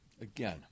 Again